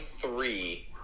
three